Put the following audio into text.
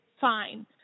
fine